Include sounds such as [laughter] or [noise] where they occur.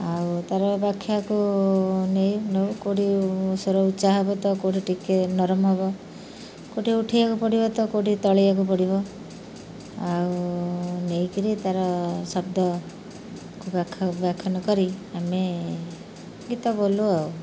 ଆଉ ତା'ର ବାଖ୍ୟାକୁ ନେଇ ନଉ କେଉଁଠି ସ୍ୱର ଉଚ୍ଚା ହବ ତ କେଉଁଠି ଟିକେ ନରମ ହବ କେଉଁଠି ଉଠାଇବାକୁ ପଡ଼ିବ ତ କେଉଁଠି ତଳାଇବାକୁ ପଡ଼ିବ ଆଉ ନେଇକିରି ତା'ର ଶବ୍ଦକୁ [unintelligible] ବ୍ୟାଖନ କରି ଆମେ ଗୀତ ବୋଲୁ ଆଉ